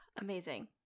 amazing